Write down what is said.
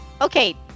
Okay